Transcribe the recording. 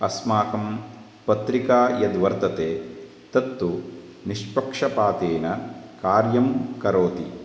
अस्माकं पत्रिका या वर्तते तत्तु निष्पक्षपातेन कार्यं करोति